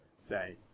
say